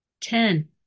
Ten